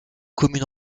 commune